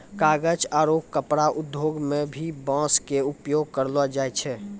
कागज आरो कपड़ा उद्योग मं भी बांस के उपयोग करलो जाय छै